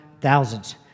thousands